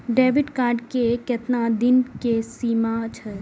Debit card के केतना दिन के सीमा छै?